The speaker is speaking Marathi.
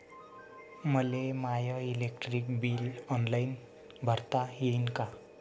मले माय इलेक्ट्रिक बिल ऑनलाईन भरता येईन का?